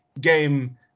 game